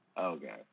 Okay